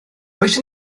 oes